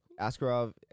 Askarov